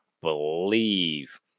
believe